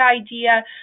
idea